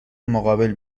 مقابل